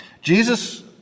Jesus